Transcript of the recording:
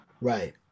right